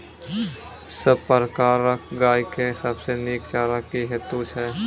सब प्रकारक गाय के सबसे नीक चारा की हेतु छै?